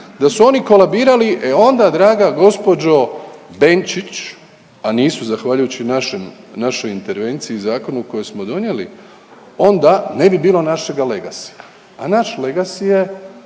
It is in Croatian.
Da su oni kolabirali, e onda draga gospođo Benčić, a nisu, zahvaljujući našem, našoj intervenciji i zakonu koji smo donijeli, onda ne bi bilo našega legacyja, a naš legacy je